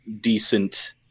decent